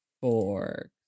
four